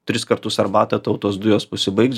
tris kartus arbatą tau tos dujos pasibaigs